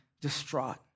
distraught